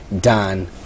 done